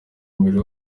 umubiri